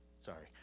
Sorry